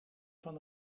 van